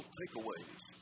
takeaways